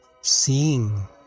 seeing